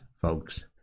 folks